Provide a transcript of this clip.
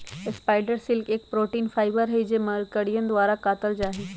spider silk एक protein fibre हई जो मकड़ियन द्वारा कातल जाहई